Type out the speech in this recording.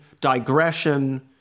digression